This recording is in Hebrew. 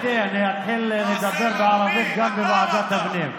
אתי, אני אתחיל לדבר בערבית גם בוועדת הפנים.